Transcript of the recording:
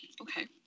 Okay